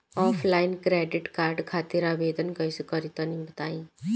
Offline credit card खातिर आवेदन कइसे करि तनि बताई?